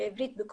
בעברית,